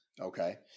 Okay